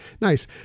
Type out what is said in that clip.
nice